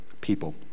people